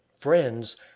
friends